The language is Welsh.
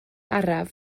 araf